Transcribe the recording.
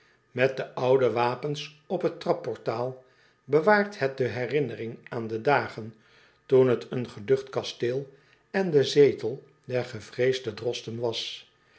met de oude wapens op het trapportaal bewaart het de herinnering aan de dagen toen het een geducht kasteel en de zetel der gevreesde drosten was